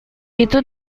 itu